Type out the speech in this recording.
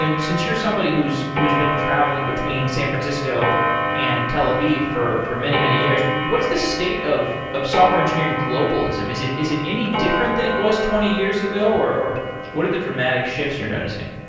ah since you're somebody who's who's been traveling between san francisco and tel aviv for for many, many years, what's the state of of software engineering globalism? is it is it any different than it was twenty years ago, or or what are the dramatic shifts you're noticing?